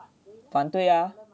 反对呀